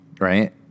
right